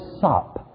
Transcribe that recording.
sop